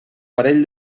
parell